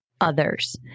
others